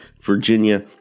Virginia